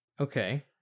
Okay